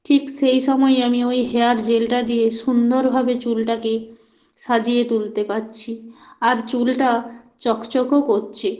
ঠিক সেই সময়ই আমি ওই হেয়ার জেলটা দিয়ে সুন্দরভাবে চুলটাকে সাজিয়ে তুলতে পাচ্ছি আর চুলটা চকচকও করছে